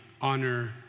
honor